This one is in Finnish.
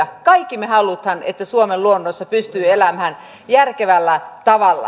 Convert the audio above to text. kaikki me haluamme että suomen luonnossa pystyy elämään järkevällä tavalla